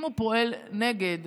אם הוא פועל נגד